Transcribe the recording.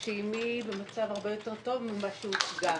שאמי במצב הרבה יותר טוב ממה שהוצג.